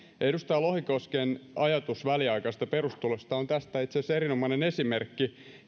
edustaja lohikosken ajatus väliaikaisesta perustulosta on tästä itse asiassa erinomainen esimerkki